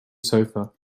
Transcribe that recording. sofa